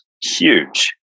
huge